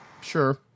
Sure